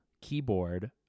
keyboard